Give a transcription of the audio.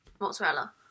Mozzarella